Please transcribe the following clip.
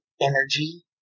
energy